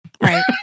Right